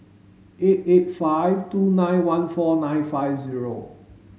eight eight five two nine one four nine five zero